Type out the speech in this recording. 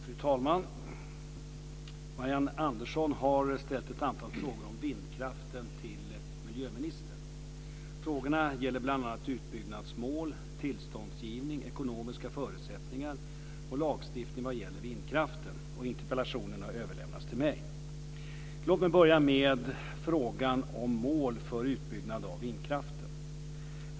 Fru talman! Marianne Andersson har ställt ett antal frågor om vindkraften till miljöministern. Frågorna gäller bl.a. utbyggnadsmål, tillståndsgivning, ekonomiska förutsättningar och lagstiftning vad gäller vindkraften. Interpellationen har överlämnats till mig. Låt mig börja med frågan om mål för utbyggnaden av vindkraften.